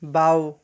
বাওঁ